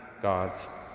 God's